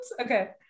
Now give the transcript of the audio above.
Okay